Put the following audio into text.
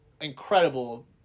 incredible